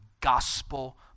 gospel